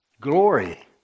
glory